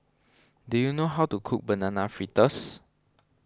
do you know how to cook Banana Fritters